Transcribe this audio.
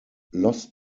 lost